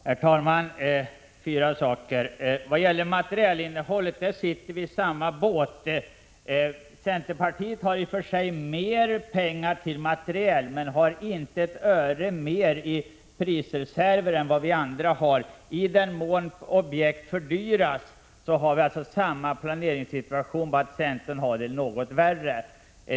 Herr talman! Jag vill ta upp fyra saker. Vad gäller planeringssäkerheten rörande materielinnehållet sitter vi i samma båt. Centerpartiet har i och för sig mer pengar till materiel men har inte ett öre mer i prisreserver än vi andra har. I den mån objekt fördyras har vi alltså samma planeringssituation. Det är bara det att centern har det något värre.